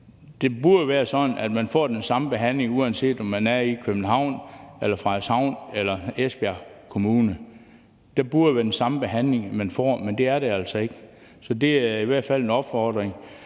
det burde være sådan, at man får den samme behandling, uanset om man er i København eller Frederikshavn eller Esbjerg Kommune. Det burde være den samme behandling, man får, men det er det altså ikke. Så det er i hvert fald en opfordring